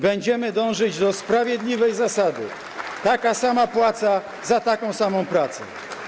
Będziemy dążyć do sprawiedliwej zasady: taka sama płaca za taką samą pracę.